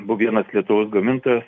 buvo vienas lietuvos gamintojas